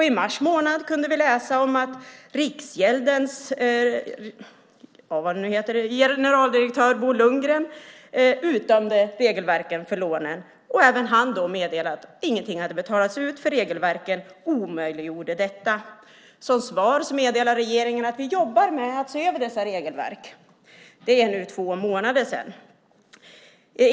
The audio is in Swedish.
I mars kunde vi läsa om att Riksgäldens generaldirektör Bo Lundgren utdömde regelverken för lånen. Även han meddelade att ingenting hade betalats ut därför att regelverken omöjliggjorde detta. Som svar meddelade regeringen att den jobbar med att se över dessa regelverk. Detta är nu två månader sedan.